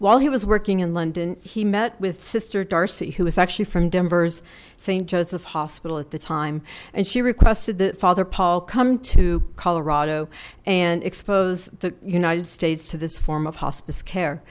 while he was working in london he met with sister darcy who was actually from denver's saint joseph's hospital at the time and she requested that father paul come to colorado and expose the united states to this form of hospice care